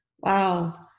Wow